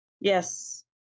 Yes